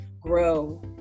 grow